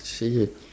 see